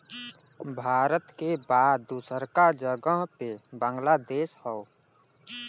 भारत के बाद दूसरका जगह पे बांग्लादेश हौ